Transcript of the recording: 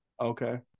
Okay